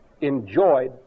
enjoyed